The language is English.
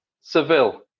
Seville